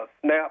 SNAP